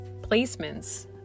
placements